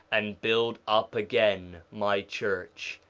and build up again my church,